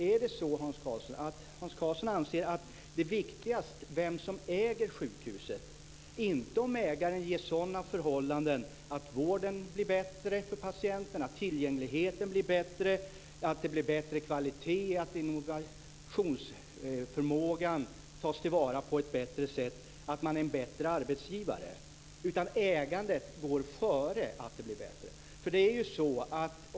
Är det så att Hans Karlsson anser att det är viktigast vem som äger sjukhuset, inte om ägaren ges sådana förhållanden att vården blir bättre för patienterna, tillgängligheten blir bättre, kvaliteten blir bättre, innovationsförmågan tas till vara på ett bättre sätt och att man är en bättre arbetsgivare? Ägandet går tydligen före att det blir bättre.